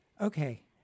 Okay